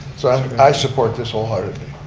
so i support this wholeheartedly.